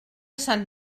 sant